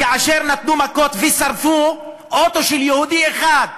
כאשר נתנו מכות ושרפו אוטו של יהודי אחד,